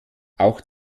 auch